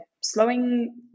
slowing